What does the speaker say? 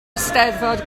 eisteddfod